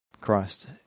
Christ